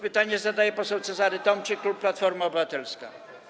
Pytanie zadaje poseł Cezary Tomczyk, klub Platforma Obywatelska.